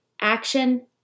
action